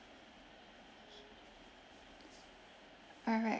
alright